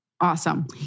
Awesome